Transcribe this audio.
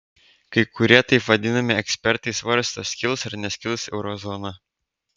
kai kurie taip vadinami ekspertai svarsto skils ar neskils eurozona